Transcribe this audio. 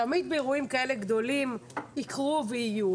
תמיד באירועים כאלה גדולים יקרו ויהיו,